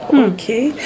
okay